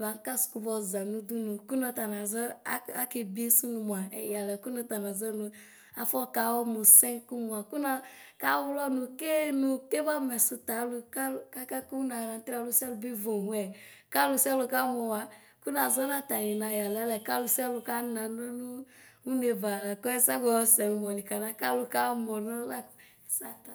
vakɛsɛ kubɔga mudumu, kun mata naɖɛ ak akekiesu numua ɛyala kunsta naɖɔnɛ afɔkanɛ mu sɛyɛ moa, kuna, kawɔ nu kɛɛ nu kɛ ba nanɛɖuta abus kaka kun nanitɛ aluʃialu bɛɛrɔwɔɛ, kaluʃialu kana, kunɛzɛ natani nayala las kaluʃialɛ kan nanmu nnɛva, kɛsɛ agbɔsɛ numɔli kana kalu kaamɔnɔ la saka.